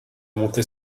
monter